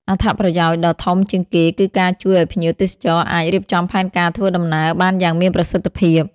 អត្ថប្រយោជន៍ដ៏ធំជាងគេគឺការជួយឲ្យភ្ញៀវទេសចរអាច រៀបចំផែនការធ្វើដំណើរ បានយ៉ាងមានប្រសិទ្ធភាព។